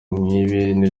nk’ibi